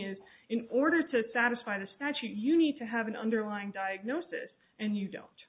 it in order to satisfy the statute you need to have an underlying diagnosis and you don't